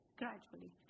gradually